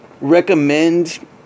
recommend